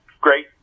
great